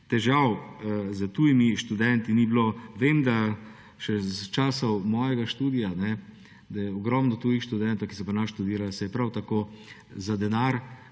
težav s tujimi študenti ni bilo. Vem še iz časov mojega študija, da se je ogromno tujih študentov, ki so pri nas študirali, prav tako za denar